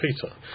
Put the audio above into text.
Peter